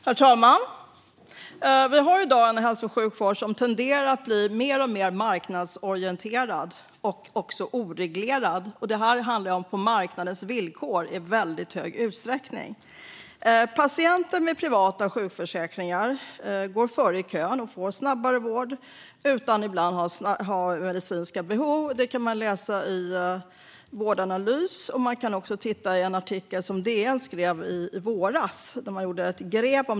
Herr talman! Vi har i dag en hälso och sjukvård som tenderar att bli mer och mer marknadsorienterad och oreglerad. Det här sker i väldigt hög utsträckning på marknadens villkor. Patienter med privata sjukförsäkringar går före i kön och får snabbare vård, ibland utan att ha medicinska behov. Det kan man läsa om hos Vårdanalys. Man kan också titta i en artikel som DN skrev i våras om detta efter ett gräv.